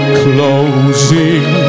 closing